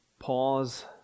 Pause